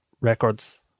records